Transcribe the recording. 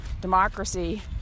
Democracy